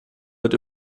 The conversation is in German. wird